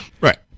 Right